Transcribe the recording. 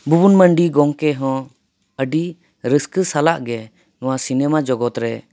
ᱵᱷᱩᱵᱚᱱ ᱢᱟᱹᱱᱰᱤ ᱜᱚᱝᱠᱮ ᱦᱚᱸ ᱟᱹᱰᱤ ᱨᱟᱹᱥᱠᱟᱹ ᱥᱟᱞᱟᱜ ᱜᱮ ᱱᱚᱣᱟ ᱥᱤᱱᱮᱢᱟ ᱡᱚᱜᱚᱛ ᱨᱮ